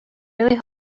really